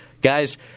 Guys